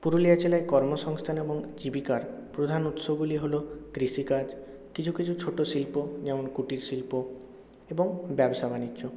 পুরুলিয়া জেলায় কর্মসংস্থান এবং জীবিকার প্রধান উৎসগুলি হল কৃষিকাজ কিছু কিছু ছোটো শিল্প যেমন কুটির শিল্প এবং ব্যবসা বাণিজ্য